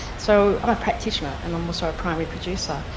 so i'm a practitioner and um sort of primary producer,